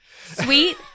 Sweet